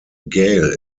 gale